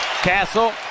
Castle